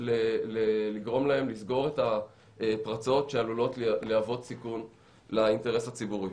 לגרום להם לסגור את הפרצות שעלולות להוות סיכון לאינטרס הציבורי.